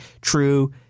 true